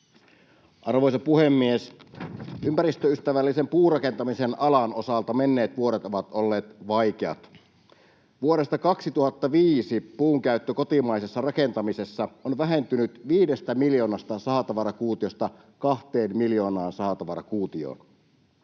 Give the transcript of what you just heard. Arvoisa puhemies! Ympäristöystävällisen puurakentamisen alan osalta menneet vuodet ovat olleet vaikeat. Vuodesta 2005 puun käyttö kotimaisessa rakentamisessa on vähentynyt viidestä miljoonasta sahatavarakuutiosta kahteen miljoonaan sahatavarakuutioon.